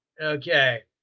okay